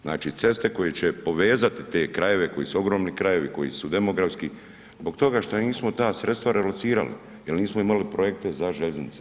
Znači ceste koji će povezati te krajeve, koji su ogromni krajevi, koji su demografski zbog toga što nismo ta sredstva relocirali jer nismo imali projekte za željeznice.